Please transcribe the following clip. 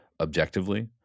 objectively